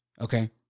Okay